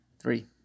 Three